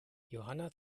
johanna